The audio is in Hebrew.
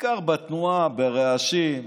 בעיקר בתנועה, ברעשים,